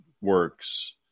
works